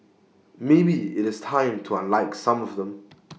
maybe IT is time to unlike some of them